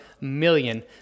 million